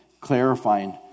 clarifying